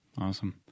Awesome